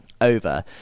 over